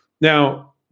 now